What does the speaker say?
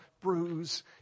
bruise